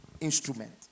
instrument